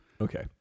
Okay